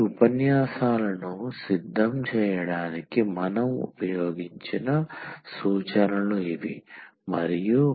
ఈ ఉపన్యాసాలను సిద్ధం చేయడానికి మనం ఉపయోగించిన సూచనలు ఇవి మరియు